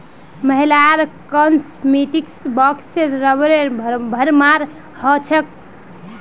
महिलार कॉस्मेटिक्स बॉक्सत रबरेर भरमार हो छेक